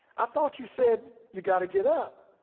i thought you said you gotta get up.